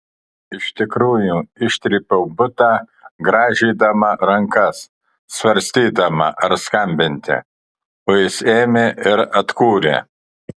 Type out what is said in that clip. iš tikrųjų ištrypiau butą grąžydama rankas svarstydama ar skambinti o jis ėmė ir atkūrė